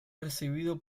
recibido